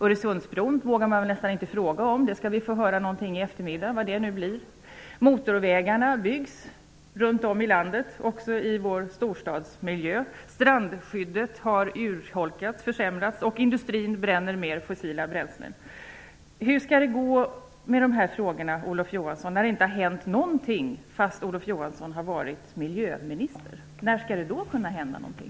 Öresundsbron utreds, men den vågar man nästan inte fråga om -- vi skall få höra någonting om den i eftermiddag, vad det nu blir. Motorvägar byggs runt om i landet, också i vår storstadsmiljö. Strandskyddet urholkas och försämras. Industrin bränner mer fossila bränslen. Hur skall det gå med de här frågorna, när det inte har hänt någonting fast Olof Johansson har varit miljöminister? När skall det då kunna hända någonting?